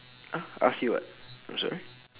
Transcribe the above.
!huh! ask you what I'm sorry